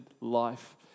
life